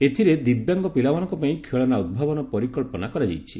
ଏଥିରେ ଦିବ୍ୟାଙ୍ଗ ପିଲାମାନଙ୍କ ପାଇଁ ଖେଳନା ଉଦ୍ଭାବନ ପରିକଳ୍ପନା କରାଯାଇଛି